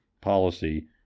policy